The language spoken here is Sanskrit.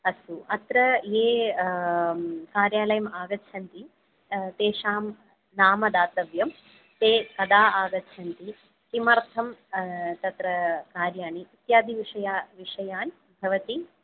अस्तु अत्र ये कार्यालयं आगच्छन्ति तेषां नाम दातव्यं ते कदा आगच्छन्ति किमर्थं तत्र कार्यानि इत्यादि विषयान् भवती